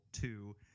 two